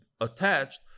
attached